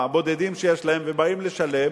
הבודדים שיש להם ובאים לשלם,